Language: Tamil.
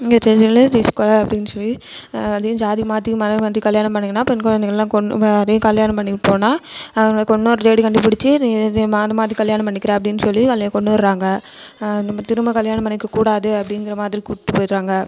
இங்கே தெரிஞ்சவங்களே அப்படின்னு சொல்லி அதையும் ஜாதி மாற்றியும் மதம் மாற்றியும் கல்யாணம் பண்ணிங்கன்னா பெண் குழந்தைகள்லாம் கொன்று கல்யாணம் பண்ணிட்டு போனா அவங்கள கொன்று தேடி கண்டுபிடிச்சி மதம் மாற்றி கல்யாணம் பண்ணிக்கின்ற அப்படின்னு சொல்லி அவங்கள கொன்றுட்றாங்க நம்ம திரும்ப கல்யாணம் பண்ணிக்கக்கூடாது அப்படிங்கிற மாதிரி கூப்பிட்டு போயிட்டுறாங்க